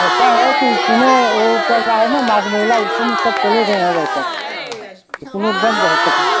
ऐसा है कि इसमें वह चल रहा है ना माघ मेला उसी में सब चले गए हैं वर्कर उसमें बंद हैं सप्लाई